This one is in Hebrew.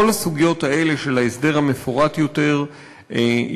כל הסוגיות האלה של ההסדר המפורט יותר יידונו